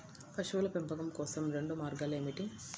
పశువుల పెంపకం కోసం రెండు మార్గాలు ఏమిటీ?